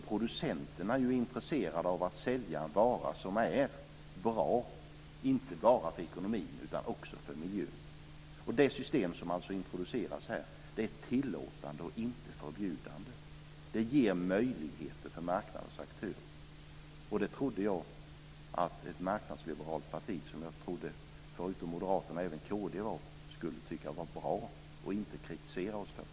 Producenterna är intresserade av att sälja en vara som är bra inte bara för ekonomin utan också för miljön. Det system som introduceras är tillåtande, inte förbjudande. Det ger möjligheter för marknadens aktörer. Jag trodde att Kristdemokraterna skulle tycka att det här var bra och inte kritisera oss för det. Jag trodde att de liksom Moderaterna var ett marknadsliberalt parti.